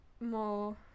more